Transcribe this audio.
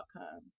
outcome